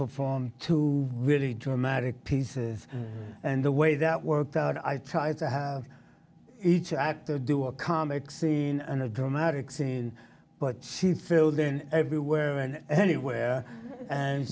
performed to really dramatic pieces and the way that worked out i tried to have each actor do a comic scene and a dramatic scene but she filled in everywhere and anywhere and